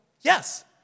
Yes